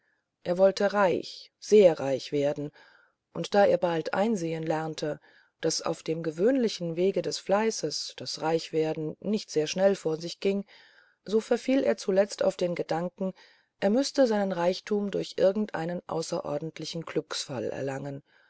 er wollte reich sehr reich werden und da er bald einsehen lernte daß auf dem gewöhnlichen wege des fleißes das reichwerden nicht sehr schnell vor sich ging so verfiel er zuletzt auf den gedanken er müßte seinen reichtum durch irgendeinen außerordentlichen glückszufall erlangen